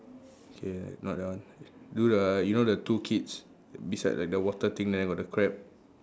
K not that one do the you know the two kids beside like the water thing there got the crab